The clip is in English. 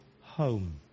home